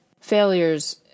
failures